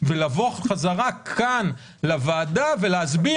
ולבוא חזרה לוועדה ולהסביר.